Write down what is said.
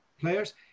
players